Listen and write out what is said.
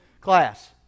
class